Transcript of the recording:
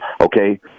okay